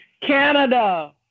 Canada